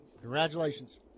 Congratulations